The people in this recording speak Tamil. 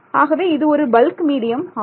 ஆகவே இது ஒரு பல்க் மீடியம் ஆகும்